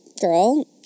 girl